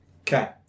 Okay